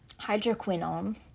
hydroquinone